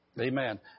Amen